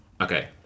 okay